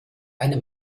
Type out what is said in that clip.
eine